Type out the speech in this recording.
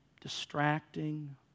distracting